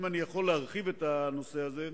אם אני יכול להרחיב בנושא הזה,